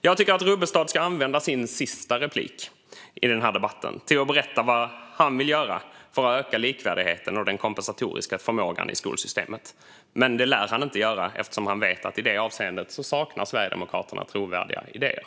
Jag tycker att Rubbestad ska använda sitt sista inlägg i debatten till att berätta vad han vill göra för att öka likvärdigheten och den kompensatoriska förmågan i skolsystemet. Men det lär han inte göra eftersom han vet att i det avseendet saknar Sverigedemokraterna trovärdiga idéer.